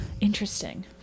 Interesting